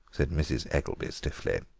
said mrs. eggelby stiffly.